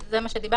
זה מה שדיברנו,